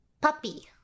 Puppy